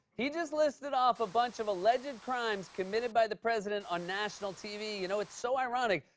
he just listed off a bunch of alleged crimes committed by the president on national tv. you know, it's so ironic.